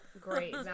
Great